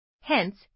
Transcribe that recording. Hence